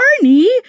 Barney